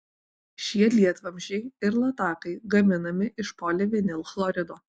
šie lietvamzdžiai ir latakai gaminami iš polivinilchlorido